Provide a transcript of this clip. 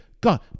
God